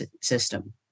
system